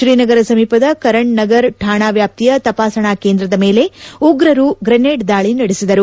ಶ್ರೀನಗರ ಸಮೀಪದ ಕರಣ್ ನಗರ ಠಾಣಾ ವ್ಯಾಪ್ತಿಯ ತಪಾಸಣಾ ಕೇಂದ್ರದ ಮೇಲೆ ಉಗ್ರರು ಗ್ರೆನೇಡ್ ದಾಳಿ ನಡೆಸಿದರು